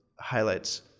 highlights